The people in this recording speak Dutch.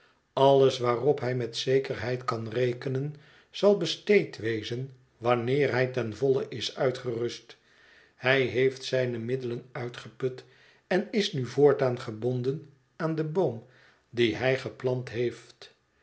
alles waarop hij met zekerheid kan rekenen zal besteed wezen wanneer hij ten volle is uitgerust hij heeft zijne middelen uitgeput en is nu voortaan gebonden aan den boom dien hij geplant heeft